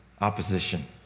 opposition